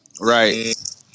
Right